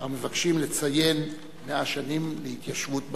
המבקשים לציין 100 שנים להתיישבות בעמק.